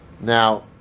Now